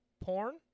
porn